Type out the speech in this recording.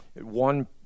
one